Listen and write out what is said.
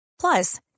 Plus